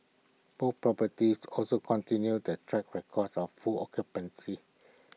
both properties also continued their track record of full occupancy